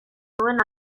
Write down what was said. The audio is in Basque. nuen